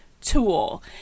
tool